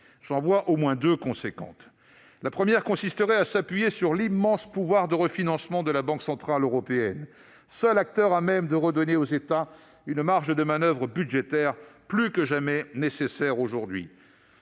mentionnerai au moins deux importantes. La première consisterait à s'appuyer sur l'immense pouvoir de refinancement de la Banque centrale européenne, seul acteur à même de redonner aux États une marge de manoeuvre budgétaire plus que jamais nécessaire aujourd'hui.